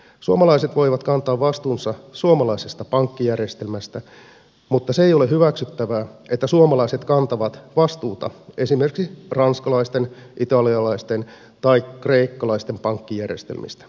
suomalaiset voivat kantaa vastuunsa suomalaisesta pankkijärjestelmästä mutta se ei ole hyväksyttävää että suomalaiset kantavat vastuuta esimerkiksi ranskalaisten italialaisten tai kreikkalaisten pankkijärjestelmistä